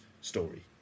story